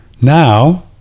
Now